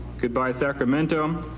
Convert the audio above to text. goodbye, sacramento.